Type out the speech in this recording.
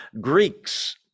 Greeks